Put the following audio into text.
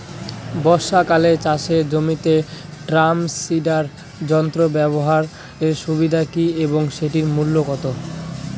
বর্ষাকালে চাষের জমিতে ড্রাম সিডার যন্ত্র ব্যবহারের সুবিধা কী এবং সেটির মূল্য কত?